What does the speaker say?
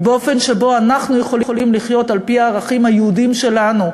באופן שבו אנחנו יכולים לחיות על-פי הערכים היהודיים שלנו,